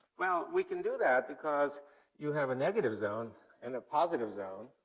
well, we can do that because you have a negative zone and a positive zone.